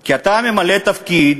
כי אתה ממלא תפקיד